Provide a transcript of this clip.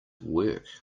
work